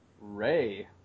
ray